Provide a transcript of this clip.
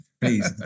please